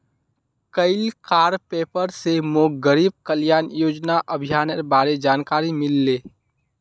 कइल कार पेपर स मोक गरीब कल्याण योजना अभियानेर बारे जानकारी मिलले